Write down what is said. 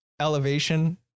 elevation